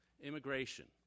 Immigration